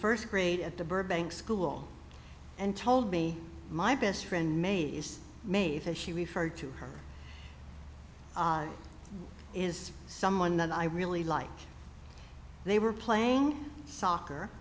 first grade at the burbank school and told me my best friend may's mate as she referred to her is someone that i really like they were playing soccer